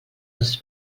dels